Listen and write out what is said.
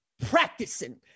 practicing